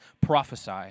prophesy